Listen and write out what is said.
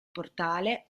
portale